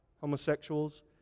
homosexuals